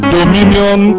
Dominion